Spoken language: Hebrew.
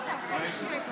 אולי תתחיל שוב.